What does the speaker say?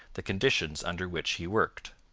the conditions under which he worked.